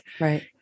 Right